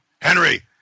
Henry